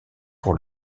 pour